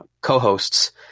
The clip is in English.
co-hosts